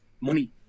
money